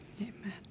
Amen